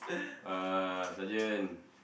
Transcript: uh sergeant